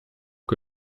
que